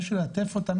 מישהו ילטף אותה,